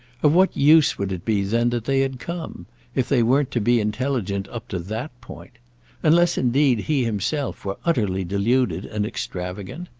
of what use would it be then that they had come if they weren't to be intelligent up to that point unless indeed he himself were utterly deluded and extravagant?